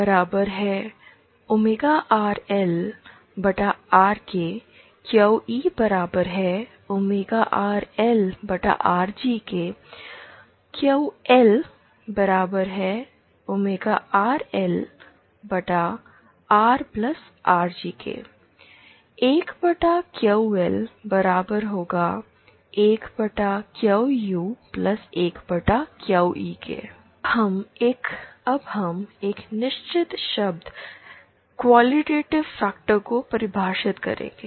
Qur LR QEr LRG QLr LR RG 1QL1QU 1QE अब हम एक निश्चित शब्द क्वालिटेटिव फैक्टर को परिभाषित करेंगे